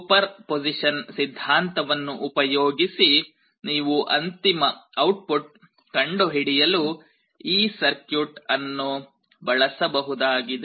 superposition ಸಿದ್ಧಾಂತವನ್ನು ಉಪಯೋಗಿಸಿ ನೀವು ಅಂತಿಮ ಔಟ್ಪುಟ್ ಕಂಡುಹಿಡಿಯಲು ಈ ಸರ್ಕ್ಯೂಟ್ ಅನ್ನು ಬಳಸಬಹುದಾಗಿದೆ